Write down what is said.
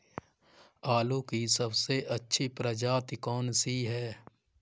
आलू की सबसे अच्छी प्रजाति कौन सी है?